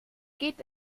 geht